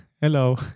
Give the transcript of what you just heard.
Hello